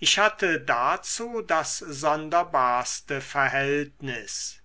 ich hatte dazu das sonderbarste verhältnis